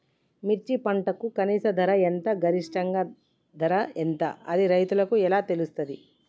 మిర్చి పంటకు కనీస ధర ఎంత గరిష్టంగా ధర ఎంత అది రైతులకు ఎలా తెలుస్తది?